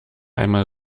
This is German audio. einmal